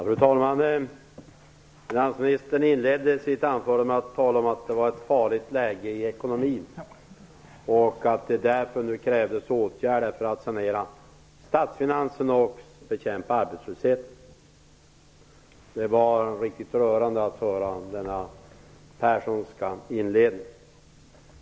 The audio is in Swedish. Fru talman! Finansministern inledde sitt anförande med att tala om att det var ett farligt läge i ekonomin och att det därför nu krävdes åtgärder för att sanera statsfinanserna och bekämpa arbetslösheten. Det var riktigt rörande att höra denna Perssonska inledning.